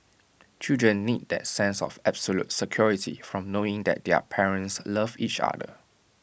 children need that sense of absolute security from knowing that their parents love each other